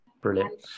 Brilliant